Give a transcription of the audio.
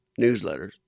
newsletters